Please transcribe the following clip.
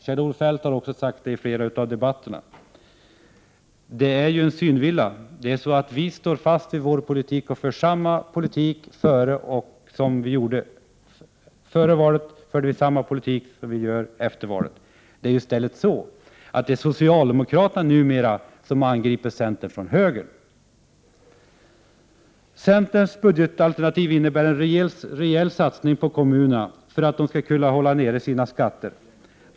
Kjell-Olof Feldt har också sagt det i flera debatter. Det är en synvilla. Vi står fast vid vår politik Prot. 1988/89:76 och för samma politik efter valet som vi gjorde före. Det är i stället så att 8 mars 1989 socialdemokraterna numera angriper centern från höger. Centerns budgetalternativ innebär en rejäl satsning på kommunerna för att de skall kunna hålla nere sina skatter.